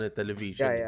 television